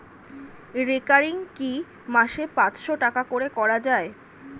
Recurring কি মাসে পাঁচশ টাকা করে করা যায়?